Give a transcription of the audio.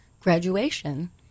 graduation